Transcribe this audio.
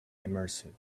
immersive